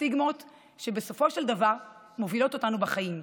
הסטיגמות שבסופו של דבר מובילות אותנו בחיים.